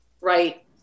right